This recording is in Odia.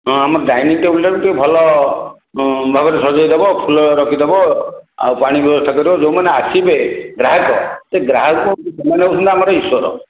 ହଁ ଆମ ଡାଇନିଂ ଟେବୁଲ୍ଟା ବି ଟିକିଏ ଭଲ ଭାବରେ ସଜାଇଦବ ଫୁଲ ରଖିଦେବ ଆଉ ପାଣି ବ୍ୟବସ୍ଥା କରିବ ଯେଉଁମାନେ ଆସିବେ ଗ୍ରାହକ ସେ ଗ୍ରାହକ ହେଉଛନ୍ତି ସେମାନେ ହେଉଛନ୍ତି ଆମର ଇଶ୍ୱର